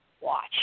watch